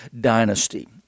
dynasty